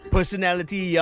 Personality